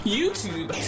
YouTube